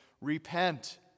Repent